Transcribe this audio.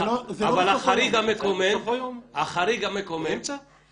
בוא תאמר לי עכשיו מה אתה מציע.